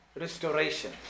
restoration